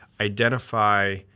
identify